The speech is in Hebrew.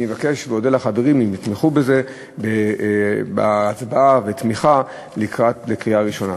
אני אבקש ואודה לחברים אם יתמכו בזה בהצבעה בקריאה הראשונה.